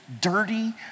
dirty